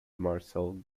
marcel